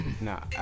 Nah